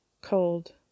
Cold